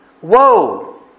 whoa